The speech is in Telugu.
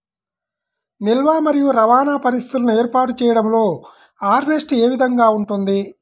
నిల్వ మరియు రవాణా పరిస్థితులను ఏర్పాటు చేయడంలో హార్వెస్ట్ ఏ విధముగా ఉంటుంది?